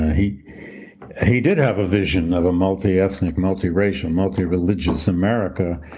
he he did have a vision of a multiethnic, multiracial, multireligious america